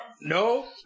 No